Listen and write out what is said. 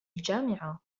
الجامعة